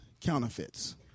counterfeits